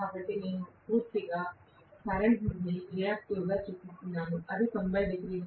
కాబట్టి నేను కరెంట్ పూర్తిగా రియాక్టివ్గా చూపిస్తున్నాను అది 90 డిగ్రీలు